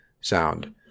sound